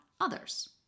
others